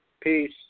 Peace